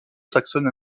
saxonne